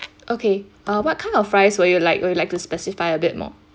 okay uh what kind of rice would you like would you like to specify a bit more